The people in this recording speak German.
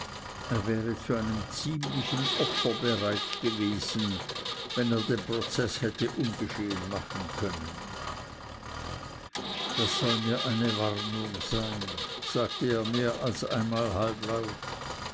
er wäre zu einem ziemlichen opfer bereit gewesen wenn er den prozeß hätte ungeschehen machen können das soll mir eine warnung sein sagte er mehr als einmal halblaut